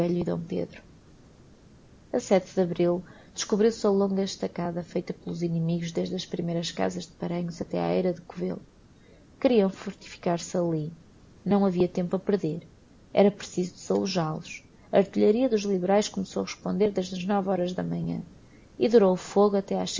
d pedro a sete de abril descobriu-se a longa estacada feita pelos inimigos desde as primeiras casas de paranhos até á eira do covêlo queriam fortificar se alli não havia tempo a perder era preciso desalojal os a artilheria dos liberaes começou a responder desde as nove horas da manhã e durou o fogo até